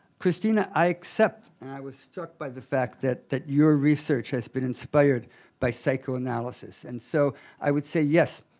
cristina, i accept and i was struck by the fact that that your research has been inspired by psychoanalysis. and so i would say yes,